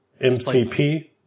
MCP